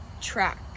track